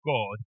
God